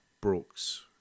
Brooks